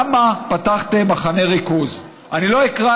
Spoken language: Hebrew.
למה פתחתם מחנה ריכוז?" אני לא אקרא